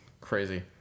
Crazy